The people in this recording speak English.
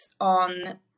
on